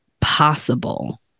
possible